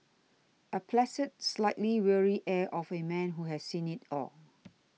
a placid slightly weary air of A man who has seen it all